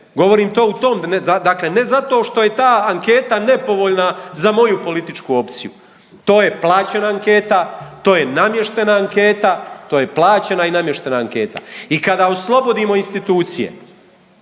govorim to u tom, dakle ne zato što je ta anketa nepovoljna za moju političku opciju, to je plaćena anketa, to je namještena anketa, to je plaćena i namještena anketa. I kada oslobodimo institucije